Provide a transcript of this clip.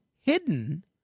hidden